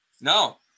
No